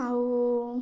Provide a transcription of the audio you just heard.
ଆଉ